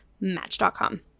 Match.com